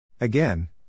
Again